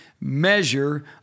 measure